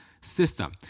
system